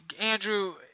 Andrew